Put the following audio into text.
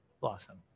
blossom